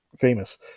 famous